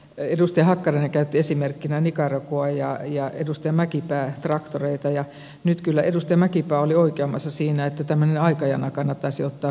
edustaja hakkarainen käytti esimerkkinä nicaraguaa ja edustaja mäkipää traktoreita ja nyt kyllä edustaja mäkipää oli oikeammassa siinä että tämmöinen aikajana kannattaisi ottaa huomioon